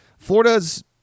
Florida's